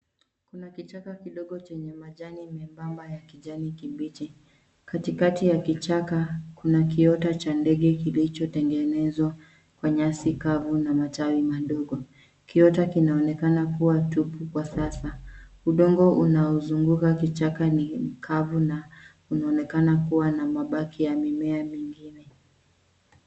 Kuna kichaka kidogo chenye majani membamba ya kijani kibichi. Katikati ya kichaka kuna kiota cha ndege kilichotengenezwa kwa nyasi kavu na matawi madogo. Kiota kinaonekana kuwa tupu kwa sasa. Udongo unaozunguka kichaka ni mkavu na unaonekana kuwa na mabaki ya mimea mingine.